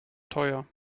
teuer